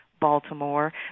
Baltimore